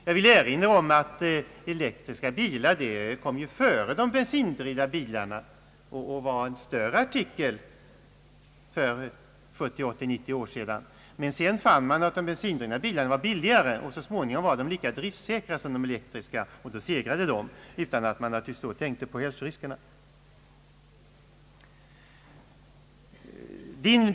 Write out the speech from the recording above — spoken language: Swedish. Jag vill erinra om att de elektriska bilarna kom före de bensindrivna och var en större ' artikel för 70—80—90 år sedan. Så fann man att de bensindrivna bilarna var billigare, och småningom blev de lika driftsäkra som de elektriska och då segrade de utan att man tänkte på hälsoriskerna.